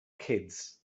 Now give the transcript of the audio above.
kids